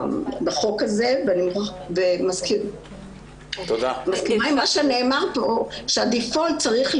בחוק הזה ומסכימה עם מה שנאמר פה שברירת המחדל צריכה